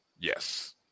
Yes